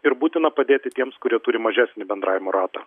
ir būtina padėti tiems kurie turi mažesnį bendravimo ratą